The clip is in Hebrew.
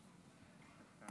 תודה